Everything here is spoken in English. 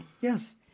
Yes